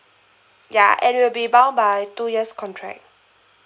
ya and will be bound by two years contract